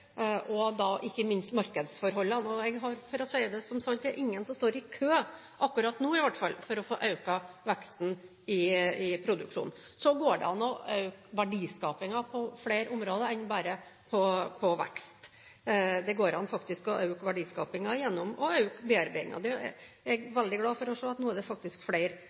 ikke minst markedsforholdene. Jeg har, for å si som sant er, ingen som står i kø, akkurat nå i hvert fall, for å få økt veksten i produksjonen. Så går det an å øke verdiskapingen på flere områder enn bare når det gjelder vekst. Det går faktisk an å øke verdiskapingen gjennom å øke bearbeidingen. Jeg er veldig glad for å se at nå er det faktisk flere